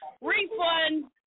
refund